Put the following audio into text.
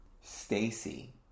Stacy